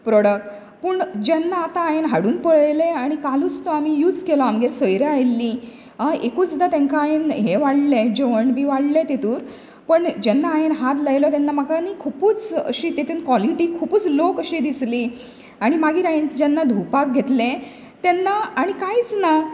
product पूण जेन्ना आतां हायेन हाडुन पळयलें आनी कालुच तो आमी यूज केलो आमगेर सोयऱ्यां आयिल्लीं अ एकुचदां तेंका हायेन हें वाडले जेवण बी वाडलें तेंतुर पण जेन्ना हायेंन हात लायलो तेन्ना म्हाका न्ही खुपूच अशी तेंतुन कोलिटी खुपूच लोव कशी दिसली आनी मागीर हांवेन जेन्ना धुवपाक घेतलें तेन्ना आनी कांयच ना